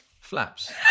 Flaps